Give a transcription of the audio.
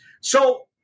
So-